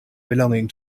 belonging